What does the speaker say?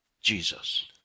Jesus